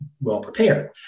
well-prepared